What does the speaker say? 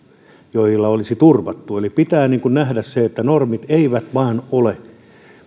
joilla olisi turvattu eli pitää nähdä se että normit eivät ole vain